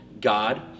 God